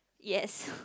yes